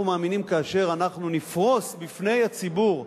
אנחנו מאמינים שכאשר אנחנו נפרוס בפני הציבור,